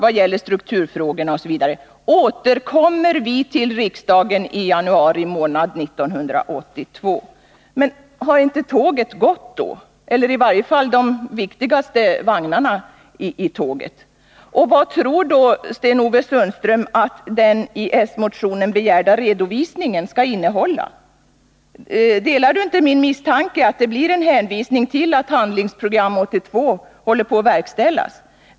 Vad gäller strukturfrågorna inom SSAB —-—-- återkommer vi till riksdagen i januari månad 1982.” Vad Nr 38 tror Sten-Ove Sundström att den i den socialdemokratiska motionen begärda redovisningen skall innehålla? Delar inte Sten-Ove Sundström min misstanke att det blir en hänvisning till att Handlingsprogram 82 håller på att verkställas?